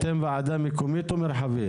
אתם ועדה מקומית או מרחבית?